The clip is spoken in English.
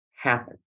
happen